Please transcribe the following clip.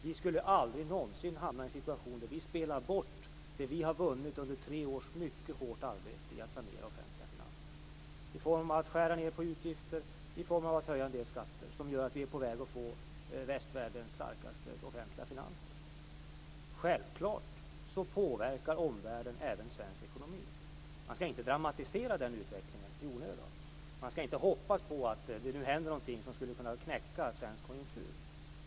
Vi skulle aldrig någonsin hamna i en situation där vi spelar bort det vi har vunnit under tre års mycket hårt arbete med att sanera de offentliga finanserna, i form av att skära ned utgifter och att höja en del skatter, som gör att vi är på väg att få en av västvärldens starkaste offentliga finanser. Självklart påverkar omvärlden även svensk ekonomi. Vi skall inte dramatisera den utvecklingen i onödan. Man skall inte hoppas på att det nu händer någonting som skulle knäcka svensk konjunktur.